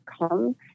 come